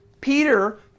Peter